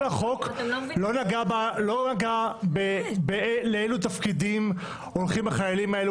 כל החוק לא נגע לאילו תפקידים הולכים החיילים האלה,